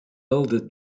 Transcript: elder